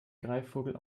greifvogel